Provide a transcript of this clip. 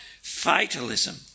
fatalism